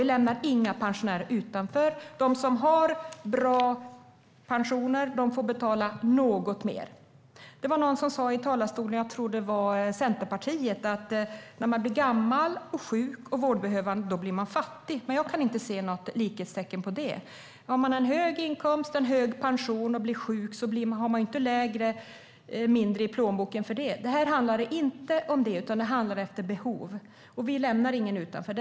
Vi lämnar inga pensionärer utanför. De som har bra pensioner får betala något mer. Det var någon som i talarstolen sa - jag tror att det var Centerpartiet: När man blir gammal, sjuk och vårdbehövande blir man fattig. Men jag kan inte se något sådant likhetstecken. Har man en hög inkomst, en hög pension, och blir sjuk har man inte mindre i plånboken. Det här handlar inte om det, utan det handlar om behov. Vi lämnar ingen utanför.